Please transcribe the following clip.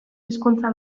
hizkuntza